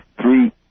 three